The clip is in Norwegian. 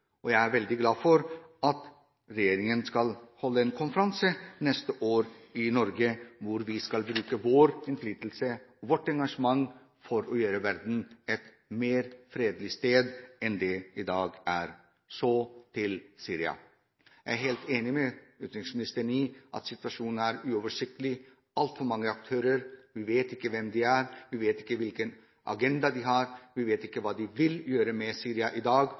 Jeg er også veldig glad for at regjeringen skal holde en konferanse i Norge neste år hvor vi skal bruke vår innflytelse og vårt engasjement for å gjøre verden til et fredeligere sted enn den er i dag. Så til Syria. Jeg er helt enig med utenriksministeren i at situasjonen er uoversiktlig. Det er altfor mange aktører. Vi vet ikke hvem de er, vi vet ikke hvilken agenda de har, vi vet ikke hva de vil gjøre med Syria i dag,